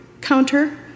counter